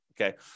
Okay